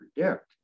predict